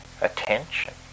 attention